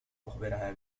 أخبرها